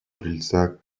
крыльца